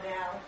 now